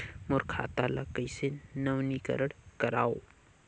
मोर खाता ल कइसे नवीनीकरण कराओ?